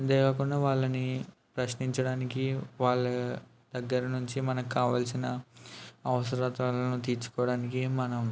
అంతేకాకుండా వాళ్ళని ప్రశ్నించడానికి వాళ్ళ దగ్గర నుంచి మనకి కావాల్సిన అవసరత్వాలను తీర్చుకోవడానికి మనం